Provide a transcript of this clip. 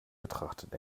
betrachtet